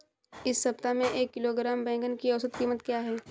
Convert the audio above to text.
इस सप्ताह में एक किलोग्राम बैंगन की औसत क़ीमत क्या है?